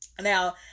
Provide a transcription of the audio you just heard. Now